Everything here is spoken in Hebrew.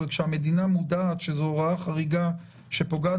אבל כשמדינה מודעת לכך שזו הוראה חריגה שפוגעת